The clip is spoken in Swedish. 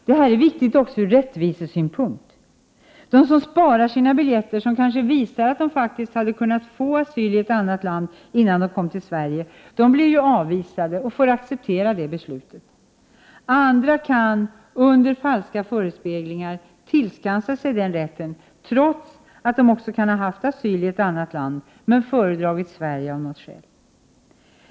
Det här är viktigt också från rättvisesynpunkt: de som sparar sina biljetter som kanske visar att de faktiskt hade kunnat få asyl i ett annat land, innan de kom till Sverige, blir ju avvisade och får acceptera det beslutet. Andra kan under falska förespeglingar tillskansa sig den rätten, trots att de också kan haft asyl i annat land men av något skäl föredragit Sverige.